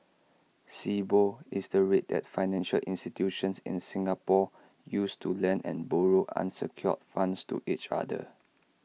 Sibor is the rate that financial institutions in Singapore use to lend and borrow unsecured funds to each other